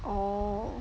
orh